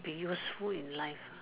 be useful in life lah